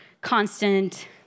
constant